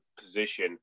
position